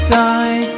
die